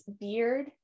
beard